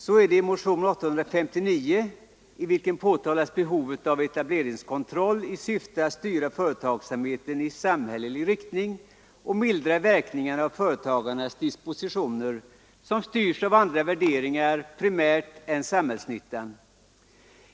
Så är det i motionen 859, i vilken påpekas behovet av etableringskontroll i syfte att styra företagsamheten i samhällelig riktning och mildra verkningarna av företagarnas dispositioner, som primärt styrs av andra värderingar än samhällsnyttan.